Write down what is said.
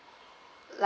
li~